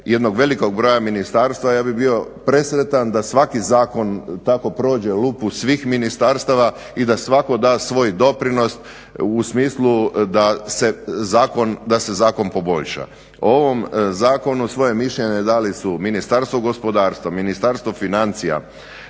jednog velikog broja ministarstva. Ja bih bio presretan da svaki zakon tako prođe lupu svih ministarstava i da svatko da svoj doprinos u smislu da se zakon poboljša. O ovom zakonu svoje mišljenje dali su Ministarstvo gospodarstvo, Ministarstvo financija,